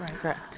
Correct